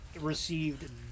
received